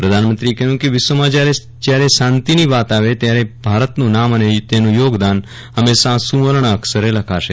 પ્રધાનમંત્રીએ કહ્યું કે વિશ્વમાં જયારે જયારે શાંતિની વાત આવે ત્યારે ભારતનું નામ અને તેનું યોગદાન હંમેશા સુવર્જ્ અક્ષરે લખાશે